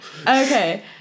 Okay